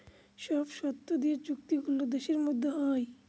সব শর্ত দিয়ে চুক্তি গুলো দেশের মধ্যে হয়